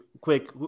quick